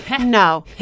No